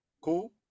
Cool